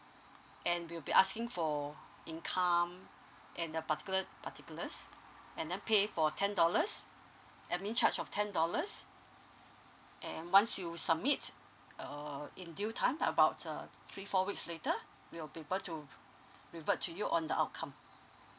and will be asking for income and the particular particulars and then pay for ten dollars admin charge of ten dollars and once you submit err in due time about uh three four weeks later we'll be able to revert to you on the outcome